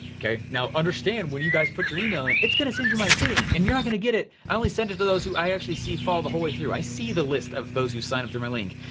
okay, now understand when you guys put your email in it's gonna send you my affiliate link and you're not gonna get it, i only send it to those who i actually see follow the whole way through, i see the list of those who sign up through my link.